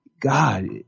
god